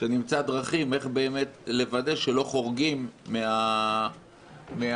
כשנמצא דרכים איך באמת לוודא שלא חורגים מן הסכום.